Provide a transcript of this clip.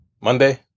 Monday